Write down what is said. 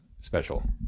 special